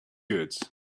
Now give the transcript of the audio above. goods